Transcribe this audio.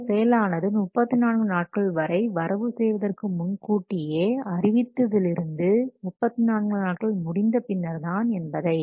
இந்த செயலானது 34 நாட்களை வரவு செய்வதற்கு முன்கூட்டியே அறிவித்திருந்தது 34 நாட்கள் முடிந்த பின்னர்தான் என்பதை